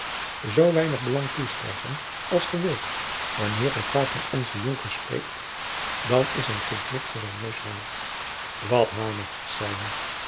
zoo weinig belang toeschrijven als ge wilt wanneer hij kwaad van onzen jonker spreekt dan is hij geen knip voor zijn neus waard wat hamer